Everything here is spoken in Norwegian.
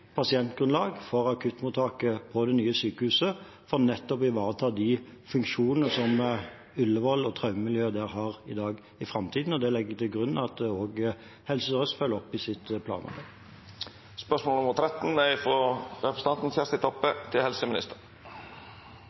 pasientgrunnlag for akuttmottaket på det nye sykehuset, nettopp for å ivareta de funksjonene som Ullevål og traumemiljøet der har i dag, i framtiden. Det legger jeg til grunn at også Helse Sør-Øst følger opp i sine planer. «I Stavanger må de nå beordre ansatte til